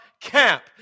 camp